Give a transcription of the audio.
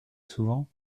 souvent